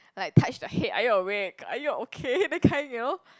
like touch the head are you awake are you okay that kind you know